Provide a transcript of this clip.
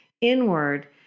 inward